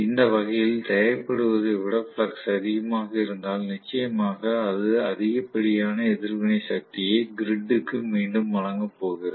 இந்த வகையில் தேவைப்படுவதை விட ஃப்ளக்ஸ் அதிகமாக இருந்தால் நிச்சயமாக அது அதிகப்படியான எதிர்வினை சக்தியை கிரிட் க்கு மீண்டும் வழங்கப் போகிறது